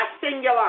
singular